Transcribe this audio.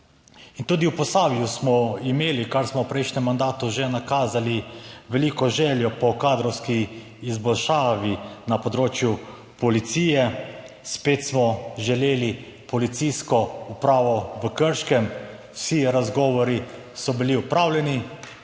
tudi v Posavju smo imeli, kar smo v prejšnjem mandatu že nakazali, veliko željo po kadrovski izboljšavi na področju policije. Spet smo želeli policijsko upravo v Krškem, vsi razgovori so bili opravljeni.